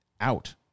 out